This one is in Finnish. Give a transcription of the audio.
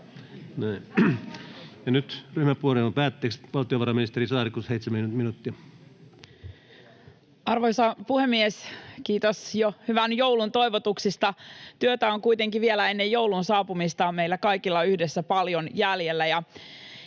Nyt ryhmäpuheenvuorojen päätteeksi valtiovarainministeri Saarikko, seitsemän minuuttia. Arvoisa puhemies! Kiitos jo hyvän joulun toivotuksista. Työtä kuitenkin vielä ennen joulun saapumista on meillä kaikilla yhdessä paljon jäljellä,